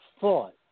thought